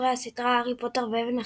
ספרי הסדרה, "הארי פוטר ואבן החכמים",